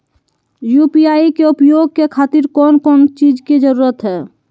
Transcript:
UPI के उपयोग के खातिर कौन कौन चीज के जरूरत है?